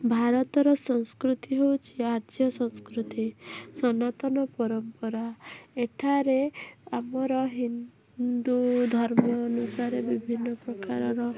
ଭାରତର ସଂସ୍କୃତି ହେଉଛି ଆର୍ଯ୍ୟ ସଂସ୍କୃତି ସନାତନ ପରମ୍ପରା ଏଠାରେ ଆମର ହିନ୍ଦୁ ଧର୍ମ ଅନୁସାରେ ବିଭିନ୍ନ ପ୍ରକାରର